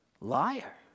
liar